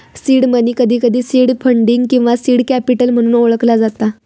seed money, कधीकधी seed funding किंवा seed capital म्हणून ओळखला जाता